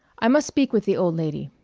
i must speak with the old lady.